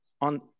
on